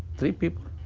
three people?